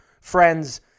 friends